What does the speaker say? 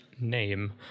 name